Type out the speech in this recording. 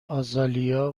آزالیا